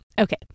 Okay